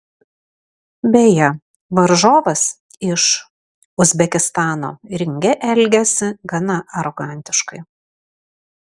beje varžovas iš uzbekistano ringe elgėsi gana arogantiškai